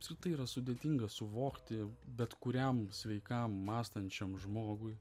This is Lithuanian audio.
apskritai yra sudėtinga suvokti bet kuriam sveikam mąstančiam žmogui